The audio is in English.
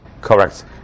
Correct